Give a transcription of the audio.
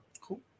Cool